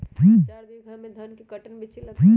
चार बीघा में धन के कर्टन बिच्ची लगतै?